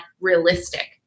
realistic